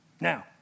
Now